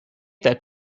that